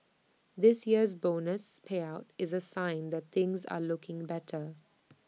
this year's bonus payout is A sign that things are looking better